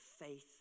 faith